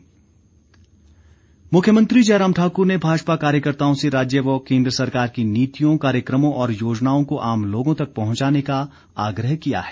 मुख्यमंत्री मुख्यमंत्री जयराम ठाकुर ने भाजपा कार्यकर्ताओं से राज्य व केन्द्र सरकार की नीतियों कार्यक्रमों और योजनाओं को आम लोगों तक पहुंचाने का आग्रह किया है